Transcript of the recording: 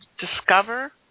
Discover